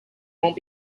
won’t